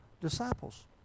disciples